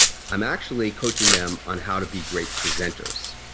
i'm actually coaching them on how to be great presenters.